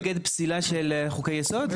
אתה נגד פסילה של חוקי יסוד?